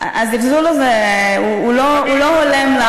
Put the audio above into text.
הזלזול הזה הוא לא הולם,